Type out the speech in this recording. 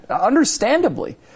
understandably